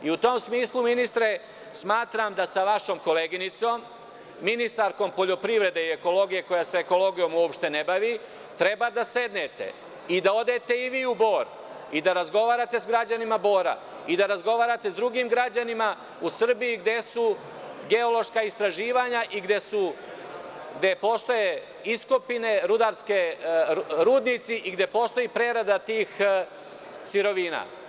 U tom smislu, ministre, smatram da sa vašom koleginicom, ministarkom poljoprivrede i ekologije, koja se ekologijom uopšte ne bavi, treba da sednete i da odete i vi u Bor i da razgovarate sa građanima Bora i da razgovarate sa drugim građanima u Srbiji gde su geološka istraživanja i gde postoje iskopine, rudnici i gde postoji prerada tih sirovina.